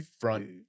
front